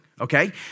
Okay